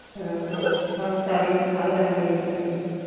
हाँ और साड़ी में फॉल लगाने के है